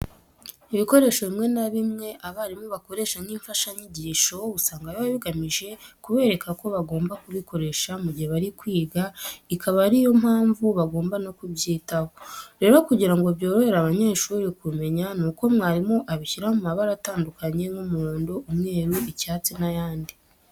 Ibikoresho bimwe na bimwe abarimu bakoresha nk'imfashanyigisho usanga biba bigamije kubereka ko bagomba kubikoresha mu gihe bari kwiga ikaba ari yo mpamvu bagomba no kubyitaho. Rero kugira ngo byorohere abanyeshuri kubimenya nuko umwarimu abishyira mu mabara atandukanye nk'umuhondo, umweru, icyatsi n'ayandi.